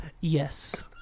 Yes